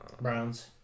Browns